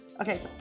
Okay